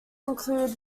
include